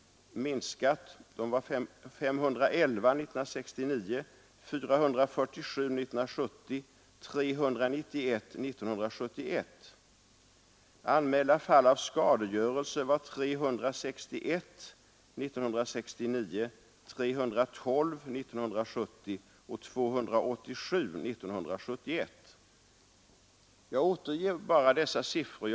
De var 511 år 1969, 447 år 1970 och 391 år 1971. Anmälda fall av skadegörelse var 361 år 1969, 312 år 1970 och 287 år 1971. Jag återger bara dessa siffror.